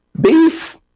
beef